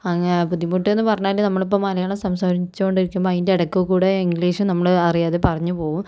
അങ്ങനെ ബുദ്ധിമുട്ടെന്നു പറഞ്ഞാൽ നമ്മളിപ്പം മലയാളം സംസാരിച്ചുകൊണ്ടിരിക്കുമ്പോൾ അതിൻ്റെ ഇടക്ക് കൂടി ഇംഗ്ലീഷും നമ്മൾ അറിയാതെ പറഞ്ഞു പോകും